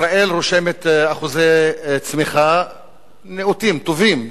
ישראל רושמת אחוזי צמיחה טובים,